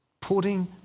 Putting